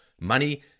Money